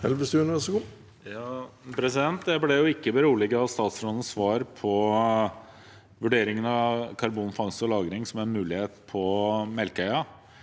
Jeg ble ikke beroliget av statsrådens svar på vurderingene av karbonfangst og -lagring som en mulighet på Melkøya.